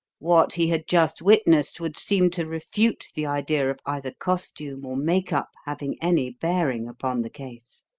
what he had just witnessed would seem to refute the idea of either costume or make-up having any bearing upon the case.